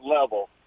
level